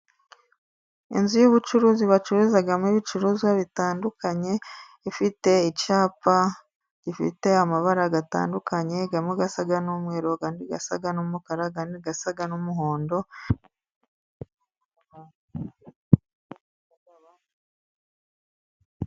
Inzu y' ubucuruzi bacururizagamo, ibicuruzwa bitandukanye ifite icapa gifite amabara atandukanye, amwe asa n' umweru, andi asa n' umukara, andi asa n' umuhondo.